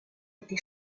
était